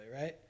right